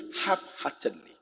half-heartedly